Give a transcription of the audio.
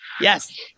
Yes